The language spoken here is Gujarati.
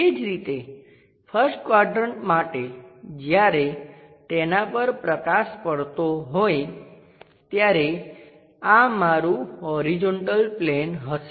એ જ રીતે 1st ક્વાડ્રંટ માટે જ્યારે તેનાં પર પ્રકાશ પડતો હોય ત્યારે આ મારું હોરીઝોંટલ પ્લેન હશે